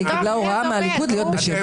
כי היא קיבלה הוראה מהליכוד להיות בשקט.